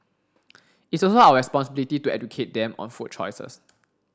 it's also our responsibility to educate them on food choices